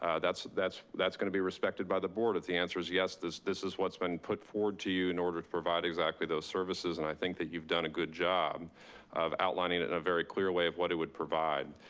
ah that's that's gonna be respected by the board. if the answer's yes, this this is what's been put forward to you in order to provide exactly those services. and i think that you've done a good job of outlining it in a very clear way of what it would provide.